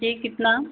जी कितना